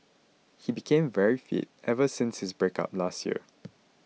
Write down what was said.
he became very fit ever since his breakup last year